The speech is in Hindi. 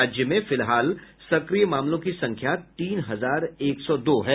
राज्य में फिलहाल सक्रिय मामलों की संख्या तीन हजार एक सौ दो है